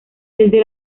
desde